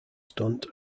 stunt